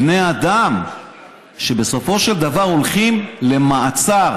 בני אדם שבסופו של דבר הולכים למעצר.